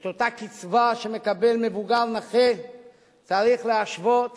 את אותה קצבה שמקבל מבוגר נכה צריך להשוות